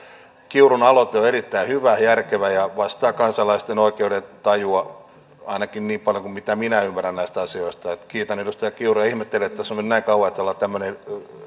kiurun aloite on erittäin hyvä ja järkevä ja vastaa kansalaisten oikeudentajua ainakin niin paljon kuin mitä minä ymmärrän näistä asioista kiitän edustaja kiurua ja ihmettelen että tässä on mennyt näin kauan että ollaan tämmöinen